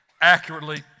accurately